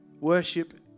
Worship